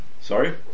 sorry